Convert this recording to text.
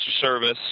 service